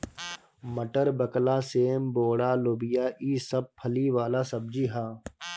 मटर, बकला, सेम, बोड़ा, लोबिया ई सब फली वाला सब्जी ह